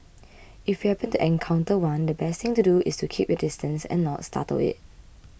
if you happen to encounter one the best thing to do is to keep your distance and not startle it